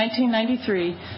1993